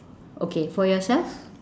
okay for yourself